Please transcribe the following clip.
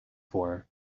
for